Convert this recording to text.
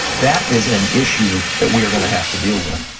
that is an issue that we are going to have to deal with.